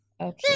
Okay